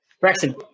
Braxton